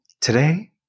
Today